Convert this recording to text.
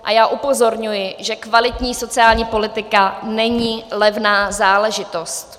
A já upozorňuji, že kvalitní sociální politika není levná záležitost.